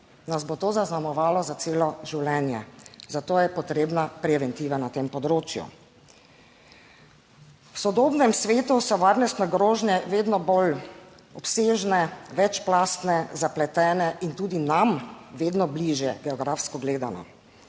nas bo to zaznamovalo za celo življenje. Za to je potrebna preventiva na tem področju. V sodobnem svetu so varnostne grožnje vedno bolj obsežne, večplastne, zapletene in tudi nam vedno bližje, geografsko gledano.